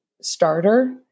starter